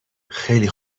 خیلی